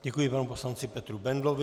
Děkuji panu poslanci Petru Bendlovi.